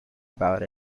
about